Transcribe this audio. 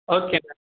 okay madam